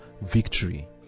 victory